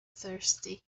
thirsty